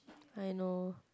I know